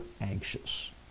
anxious